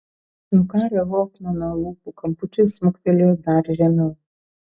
nukarę hofmano lūpų kampučiai smuktelėjo dar žemiau